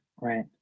right